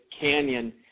canyon